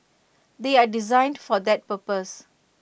they are designed for that purpose